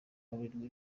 kuburirwa